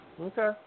Okay